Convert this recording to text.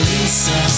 Lisa